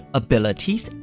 abilities